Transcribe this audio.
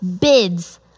bids